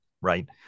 Right